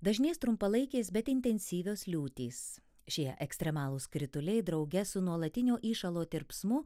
dažnės trumpalaikės bet intensyvios liūtys šie ekstremalūs krituliai drauge su nuolatinio įšalo tirpsmu